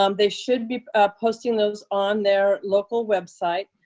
um they should be ah posting those on their local website,